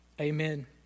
Amen